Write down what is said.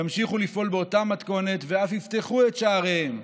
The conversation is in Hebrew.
שימשיכו לפעול באותה מתכנות ואף יפתחו את שעריהן,